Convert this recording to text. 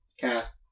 cast